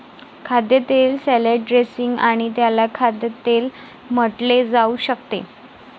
खाद्यतेल salad dressing आणि त्याला खाद्यतेल म्हटले जाऊ शकते